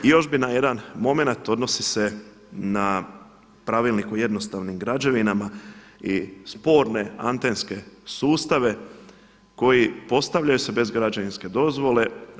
I još bih na jedan momenat, odnosi se na Pravilnik o jednostavnim građevinama i sporne antenske sustave koji postavljaju se bez građevinske dozvole.